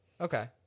Okay